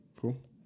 Cool